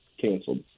canceled